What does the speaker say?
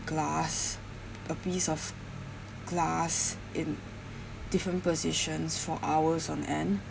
glass a piece of glass in different positions for hours on end